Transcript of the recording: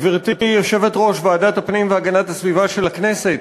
גברתי יושבת-ראש ועדת הפנים והגנת הסביבה של הכנסת,